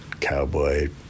cowboy